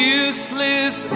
useless